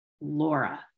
Laura